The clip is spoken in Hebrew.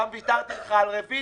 800. שם ויתרתי לך על רביזיה.